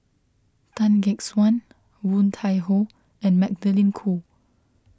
Tan Gek Suan Woon Tai Ho and Magdalene Khoo